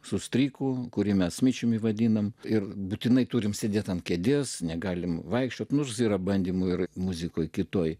su stryku kurį mes smičiumi vadiname ir būtinai turime sėdėti ant kėdės negalime vaikščioti nors yra bandymų ir muzikoje kitoje